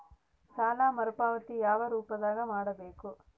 ಸಾಲ ಮರುಪಾವತಿ ಯಾವ ರೂಪದಾಗ ಮಾಡಬೇಕು?